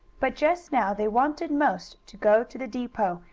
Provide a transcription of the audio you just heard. but just now they wanted most to go to the depot,